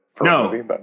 No